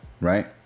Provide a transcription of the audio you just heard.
right